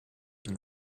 than